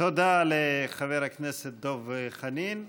תודה לחבר הכנסת דב חנין.